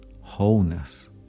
wholeness